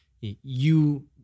you-